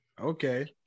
Okay